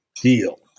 deal